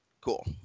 Cool